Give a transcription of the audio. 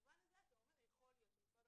במובן הזה זה אומר שיכול להיות שמשרד